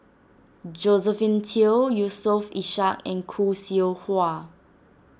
Josephine Teo Yusof Ishak and Khoo Seow Hwa